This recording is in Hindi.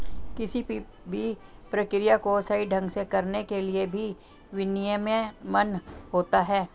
किसी भी प्रक्रिया को सही ढंग से करने के लिए भी विनियमन होता है